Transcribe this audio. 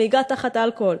נהיגה תחת אלכוהול.